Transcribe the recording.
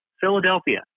Philadelphia